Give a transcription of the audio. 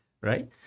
right